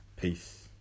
Peace